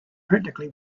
practically